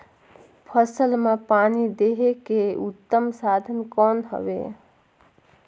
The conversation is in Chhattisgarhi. फसल मां पानी देहे के उत्तम साधन कौन हवे?